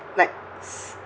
like